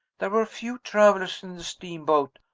there were few travelers in the steamboat,